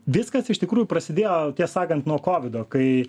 viskas iš tikrųjų prasidėjo tiesą sakan nuo kovido kai